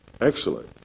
Excellent